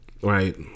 right